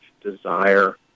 desire